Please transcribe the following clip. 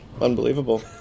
Unbelievable